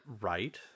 right